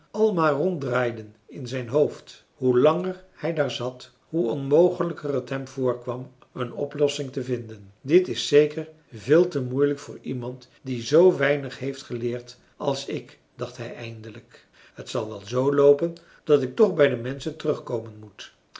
maar ronddraaiden in zijn hoofd hoe langer hij daar zat hoe onmogelijker het hem voorkwam een oplossing te vinden dit is zeker veel te moeilijk voor iemand die zoo weinig heeft geleerd als ik dacht hij eindelijk t zal wel zoo loopen dat ik toch bij de menschen terugkomen moet